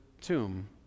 tomb